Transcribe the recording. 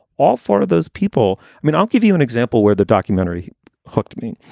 all four of those people i mean, i'll give you an example where the documentary hooked me.